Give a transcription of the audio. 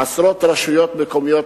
עשרות רשויות מקומיות,